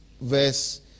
verse